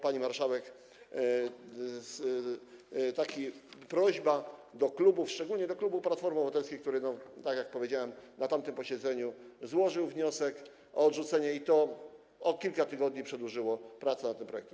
Pani marszałek, stąd taka prośba do klubów, szczególnie do klubu Platformy Obywatelskiej, który - jak powiedziałem - na tamtym posiedzeniu złożył wniosek o odrzucenie i to o kilka tygodni przedłużyło pracę nad tym projektem.